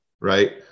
right